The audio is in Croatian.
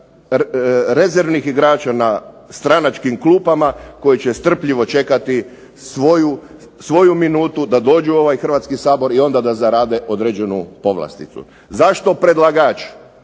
rezervnih igrača na stranačkim kupama koji će strpljivo čekati svoju minutu da dođu u ovaj Hrvatski sabor i onda da zarade određenu povlasticu. Zašto predlagač